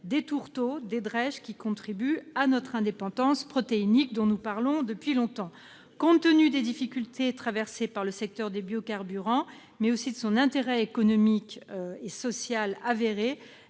des tourteaux et des drêches, qui contribuent à notre indépendance protéinique, dont nous parlons depuis longtemps. Ainsi, vu les difficultés traversées par le secteur des biocarburants, mais aussi son intérêt économique et social avéré,